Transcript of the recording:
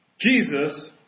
Jesus